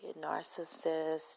narcissist